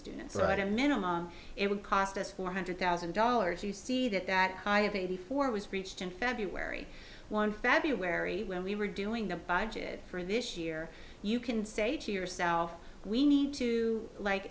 students so at a minimum it would cost us four hundred thousand dollars you see that that high of eighty four was reached in february one february when we were doing the budget for this year you can say to yourself we need to like